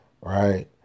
right